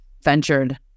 ventured